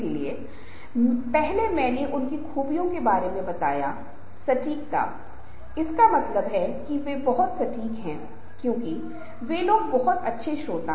इसलिए एक व्यक्ति जो कुछ भी बोल रहा है व्यवहार कर रहा है पूरी ईमानदारी के साथ वह कर रहा है लेकिन यह प्रभावी नहीं होगा